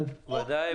ודאי.